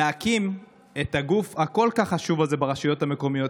להקים את הגוף הכל-כך חשוב הזה ברשויות המקומיות.